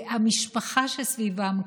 המשפחה שסביבם,